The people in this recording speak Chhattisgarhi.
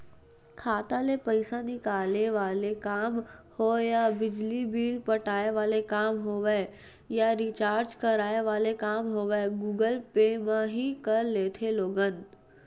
खाता ले पइसा निकाले वाले काम होय या बिजली बिल पटाय वाले काम होवय या रिचार्ज कराय वाले काम होवय गुगल पे म ही कर लेथे लोगन